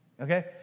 Okay